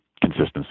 consistency